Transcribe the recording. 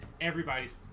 everybody's